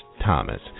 Thomas